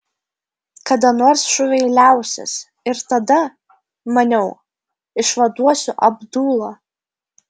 kada nors šūviai liausis ir tada maniau išvaduosiu abdulą